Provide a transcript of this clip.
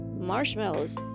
marshmallows